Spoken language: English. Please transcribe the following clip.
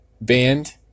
band